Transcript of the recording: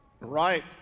right